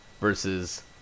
versus